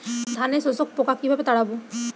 ধানে শোষক পোকা কিভাবে তাড়াব?